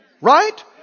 Right